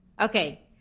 Okay